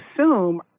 assume